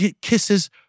Kisses